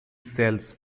cells